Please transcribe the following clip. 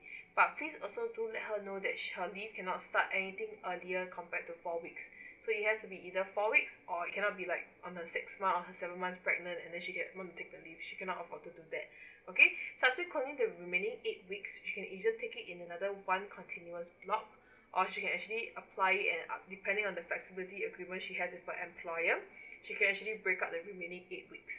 but please also do let her know that her leave cannot start anything earlier compared to four weeks so it has to be either four weeks or it cannot be like on her sixth months or the seventh months pregnant and then she get to take the leave she cannot offer to do that okay subsequently the remaining eight weeks she isn't take it in another one continuous block or she can actually apply it and uh depending on the flexibility agreement she has with her employer she can actually break out the remaining eight weeks